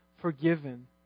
forgiven